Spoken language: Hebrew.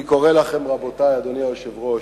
אני קורא לכם, רבותי, אדוני היושב-ראש,